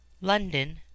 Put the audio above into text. London